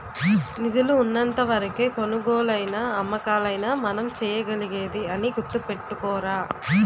నిధులు ఉన్నంత వరకే కొనుగోలైనా అమ్మకాలైనా మనం చేయగలిగేది అని గుర్తుపెట్టుకోరా